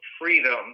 freedom